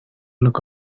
look